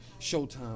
Showtime